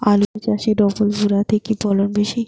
আলু চাষে ডবল ভুরা তে কি ফলন বেশি?